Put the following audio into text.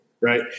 right